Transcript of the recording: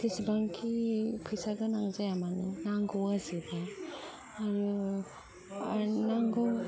जेसेबांखि फैसा गोनां जाया मानो नांगौआ जोबा आरो आरो नांगौ